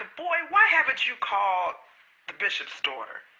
boy, haven't you called the bishop's daughter?